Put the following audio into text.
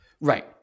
right